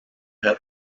had